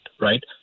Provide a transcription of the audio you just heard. right